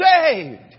saved